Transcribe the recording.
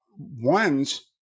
one's